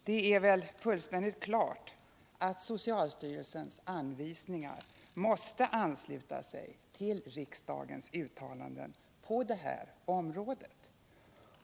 Det är väl fullständigt klart att socialstyrelsens anvisningar måste ansluta sig till riksdagens uttalande på det här området.